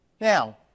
Now